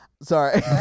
Sorry